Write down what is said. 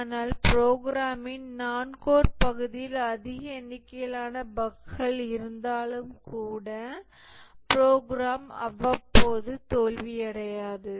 ஆனால் ப்ரோக்ராமின் noncore பகுதியில் அதிக எண்ணிக்கையிலான பஃக்கள் இருந்தாலும் கூட ப்ரோக்ராம் அவ்வப்போது தோல்வியடையாது